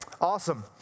Awesome